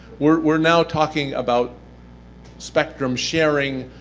we're now talking about spectrum sharing,